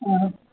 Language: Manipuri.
ꯑꯥ